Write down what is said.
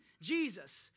Jesus